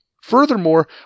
Furthermore